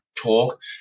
talk